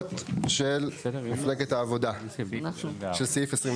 להסתייגויות של מפלגת העבודה של סעיף 24?